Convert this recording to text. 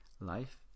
life